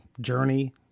journey